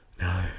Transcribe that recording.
No